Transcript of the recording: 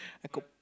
I could